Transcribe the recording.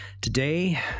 Today